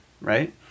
right